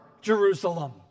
Jerusalem